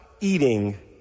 Eating